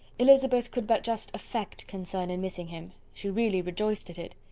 elizabeth could but just affect concern in missing him she really rejoiced at it.